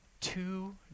Two